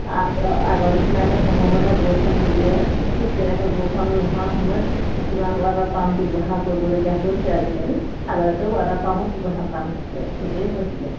আগ আগৰ নিচিনাকৈ সময়মতে বৰষুণ নিদিয়ে ঠিক তেনেকৈ বৰষুণ নোহোৱা সময়ত কিছুমান ৱাটাৰ পাম্প ব্যৱহাৰ কৰিবলগীয়া হৈছে আজিকালি আগতেতো ৱাটাৰ পাম্পত নহৈছিলে এনেই হৈছিলে